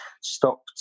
stopped